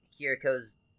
kiriko's